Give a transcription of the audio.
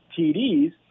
TDs